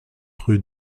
rue